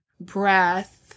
breath